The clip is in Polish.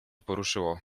poruszyło